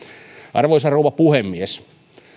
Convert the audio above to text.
arvoisa rouva puhemies